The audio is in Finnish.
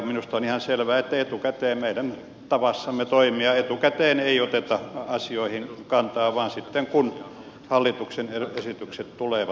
minusta on ihan selvä että meidän tavassamme toimia etukäteen ei oteta asioihin kantaa vaan sitten kun hallituksen esitykset tulevat